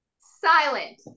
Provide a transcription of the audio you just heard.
silent